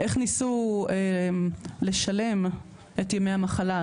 איך ניסו לשלם את ימי המחלה,